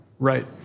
Right